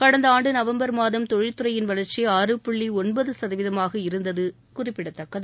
கடந்த ஆண்டு நவம்பர் மாதம் தொழில் துறையின் வளர்ச்சி ஆறு புள்ளி ஒன்பது சதவீதமாக இருந்தது என்பது குறிப்பிடத்தக்கது